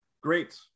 Great